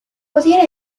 pudiera